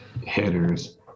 hitters